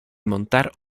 montar